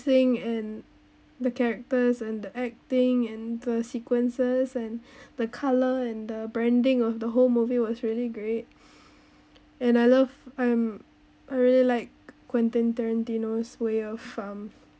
pacing and the characters and the acting and the sequences and the color and the branding of the whole movie was really great and I love I'm I really like quentin tarantino's way of um